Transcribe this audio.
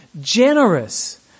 generous